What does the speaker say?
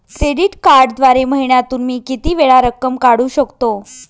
Credit कार्डद्वारे महिन्यातून मी किती वेळा रक्कम काढू शकतो?